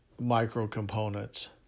micro-components